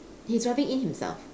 he's driving in himself